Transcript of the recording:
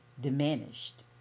diminished